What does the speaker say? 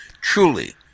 truly